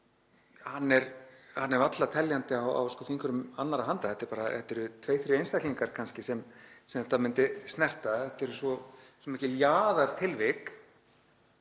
á er varla teljandi á fingrum annarrar handar. Þetta eru tveir, þrír einstaklingar kannski sem þetta myndi snerta. Þetta eru svo mikil jaðartilvik.